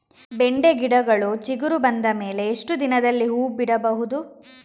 ಬೆಂಡೆ ಗಿಡಗಳು ಚಿಗುರು ಬಂದ ಮೇಲೆ ಎಷ್ಟು ದಿನದಲ್ಲಿ ಹೂ ಬಿಡಬಹುದು?